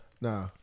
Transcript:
Nah